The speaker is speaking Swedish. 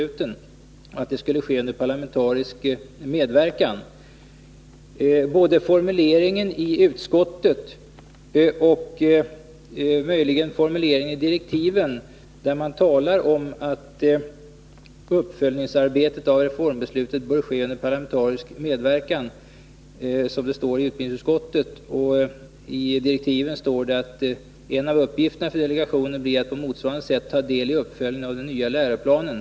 Det arbetet skulle ske under parlamentarisk medverkan. I utbildningsutskottet anfördes att uppföljningsarbetet bör ske under parlamentarisk medverkan, och i direktiven till delegationen sades, att en av uppgifterna för delegationen blir att på motsvarande sätt ta del av uppföljningen av den nya läroplanen.